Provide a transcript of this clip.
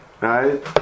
right